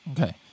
Okay